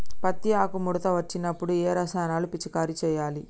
పత్తి ఆకు ముడత వచ్చినప్పుడు ఏ రసాయనాలు పిచికారీ చేయాలి?